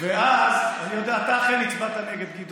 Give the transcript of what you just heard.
אני יודע, אתה אכן הצבעת נגד, גדעון.